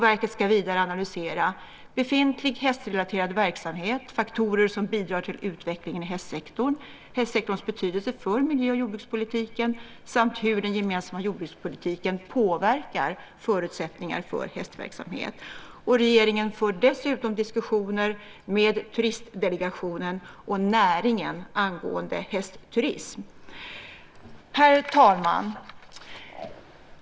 Verket ska vidare analysera befintlig hästrelaterad verksamhet, faktorer som bidrar till utvecklingen i hästsektorn, hästsektorns betydelse för miljö och jordbrukspolitiken samt hur den gemensamma jordbrukspolitiken påverkar förutsättningarna för hästverksamhet. Regeringen för dessutom diskussioner med Turistdelegationen och näringen angående hästturism. Herr talman!